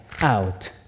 out